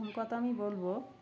কথা আমি বলবো